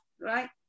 right